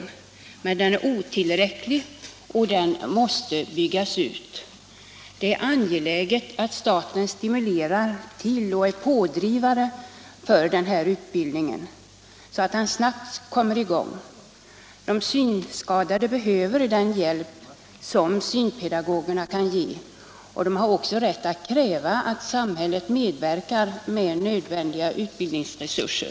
Men denna utbildning är otillräcklig och måste byggas ut. Det är angeläget att staten stimulerar och driver på utbildningen, så att den snabbt kommer i gång. De synskadade behöver den hjälp som synpedagogerna kan ge, och de har också rätt att kräva att samhället medverkar med nödvändiga utbildningsresurser.